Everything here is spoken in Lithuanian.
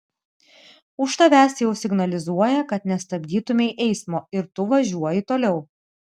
už tavęs jau signalizuoja kad nestabdytumei eismo ir tu važiuoji toliau